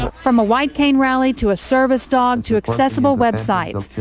from a white cane rally to a service dog to accessible web sites,